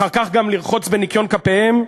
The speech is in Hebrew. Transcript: אחר כך גם לרחוץ בניקיון כפיהם.